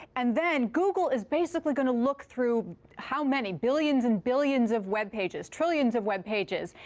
and then google is basically going to look through how many billions and billions of web pages, trillions of web pages,